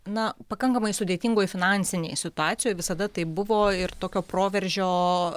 na pakankamai sudėtingoj finansinėj situacijoj visada taip buvo ir tokio proveržio